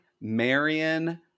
Marion